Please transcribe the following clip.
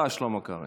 תודה, שלמה.